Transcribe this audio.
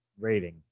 rating